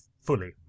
fully